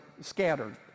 scattered